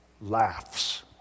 laughs